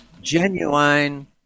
genuine